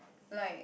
like